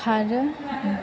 खारो